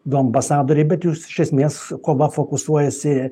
du ambasadoriai bet jūs iš esmės kova fokusuojasi